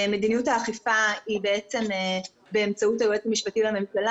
מדיניות האכיפה היא באמצעות היועץ המשפטי לממשלה,